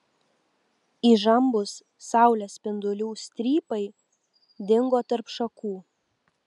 įžambūs saulės spindulių strypai dingo tarp šakų